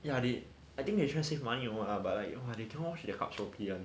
ya they I think they shouldn't save money or what lah but like they don't know how to wash their cups properly [one]